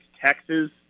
Texas